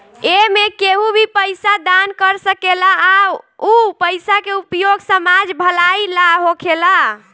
एमें केहू भी पइसा दान कर सकेला आ उ पइसा के उपयोग समाज भलाई ला होखेला